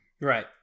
Right